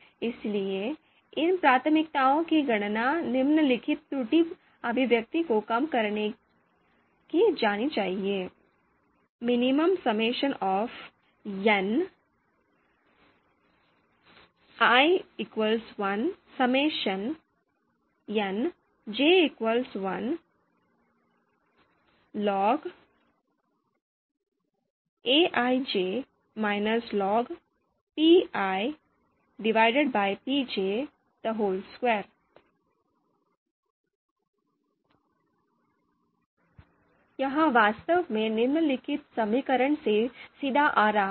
इसलिए इन प्राथमिकताओं की गणना निम्नलिखित त्रुटि अभिव्यक्ति को कम करके की जानी चाहिए यह वास्तव में निम्नलिखित समीकरण से सीधे आ रहा है